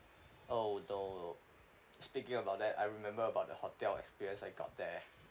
oh no speaking about that I remember about the hotel experience I got there